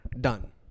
Done